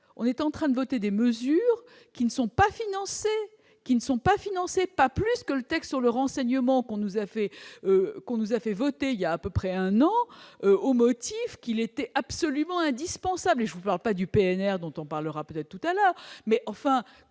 on est en train de voter des mesures qui ne sont pas financés, qui ne sont pas financés, pas plus que le texte sur le renseignement qu'on nous a fait qu'on nous a fait voter il y a à peu près un an, au motif qu'il était absolument indispensable, et je vous parle pas du PNR dont on parlera peut-être tout à l'heure mais enfin